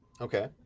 Okay